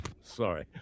Sorry